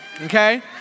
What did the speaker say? Okay